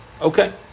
Okay